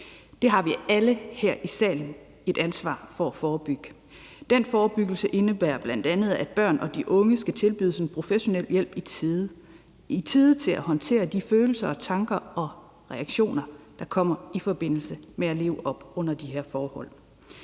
Det har vi alle her i salen et ansvar for at forebygge. Den forebyggelse indebærer bl.a., at de børn og unge skal tilbydes professionel hjælp i tide til at håndtere de følelser og tanker og reaktioner, der kommer i forbindelse med at vokse op under de her forhold.